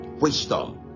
Wisdom